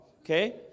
Okay